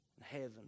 heaven